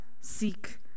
seek